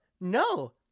no